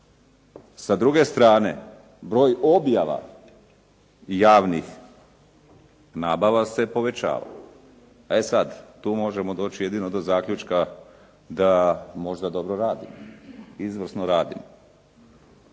S druge strane, broj objava javnih nabava se povećava. E sad, tu možemo doći jedino do zaključka da možda dobro rade, izvrsno rade,